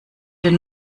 den